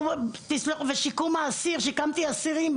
בשיקום האסיר שיקמתי אסירים,